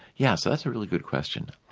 yes, that's a really good question.